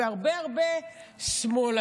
והרבה הרבה שמאלנים,